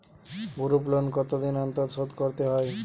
Group loan কতদিন অন্তর শোধকরতে হয়?